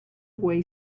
boy